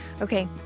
Okay